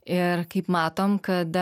ir kaip matom kad